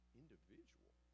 individual